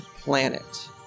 planet